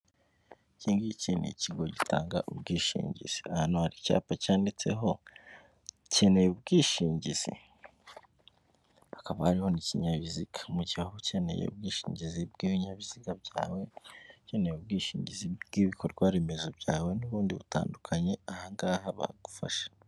Iki ngiki ni ikigo gitanga ubwishingizi, ahantu hari icyapa cyanditseho ukeneye ubwishingizi? Hakaba hariho n'ikinyabiziga mu mu gihe ukeneye ubwishingizi bw'ibinyabiziga byawe ukeneye ubwishingizi bw'ibikorwaremezo byawe n'ubundi butandukanye, aha ngaha bagufasha.